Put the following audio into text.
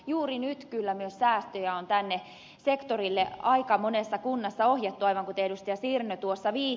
juuri nyt kyllä myös säästöjä on tänne sektorille aika monessa kunnassa ohjattu aivan kuten ed